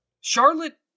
Charlotte